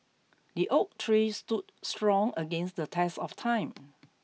the oak tree stood strong against the test of time